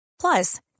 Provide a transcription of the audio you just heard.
Plus